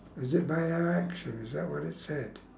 is it by our action is that what it said